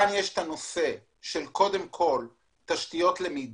כאן יש קודם כל את הנושא של תשתיות למידה,